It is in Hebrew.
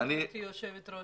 גברתי היושבת-ראש,